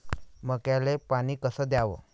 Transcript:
मक्याले पानी कस द्याव?